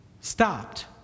stopped